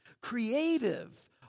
creative